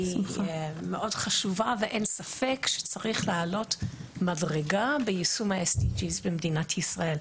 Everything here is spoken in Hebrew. היא מאוד חשובה ואין ספק שצריך לעלות מדרגה ביישום ה-SDG במדינת ישראל.